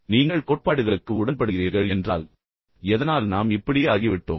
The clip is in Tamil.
நீங்கள் கோட்பாடுகளுக்கு உடன்படுகிறீர்கள் என்றால் எதனால் நாம் இப்படி ஆகிவிட்டோம்